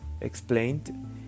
explained